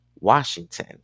Washington